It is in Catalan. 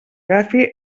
agafi